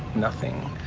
nothing,